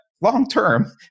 long-term